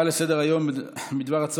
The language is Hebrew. נעבור להצעה לסדר-היום מס' 1211,